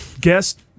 guest